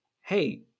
hey